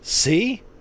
See